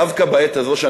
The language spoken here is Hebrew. דווקא בעת הזאת,